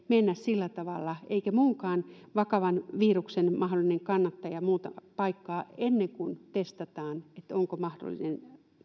mennä sillä tavalla eikä muunkaan vakavan viruksen mahdollinen kantaja muuta paikkaa ennen kuin testataan onko mahdollinen